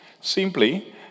Simply